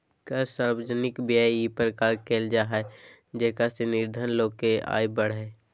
कर सार्वजनिक व्यय इ प्रकार कयल जाय जेकरा से निर्धन लोग के आय बढ़य